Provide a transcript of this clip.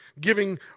giving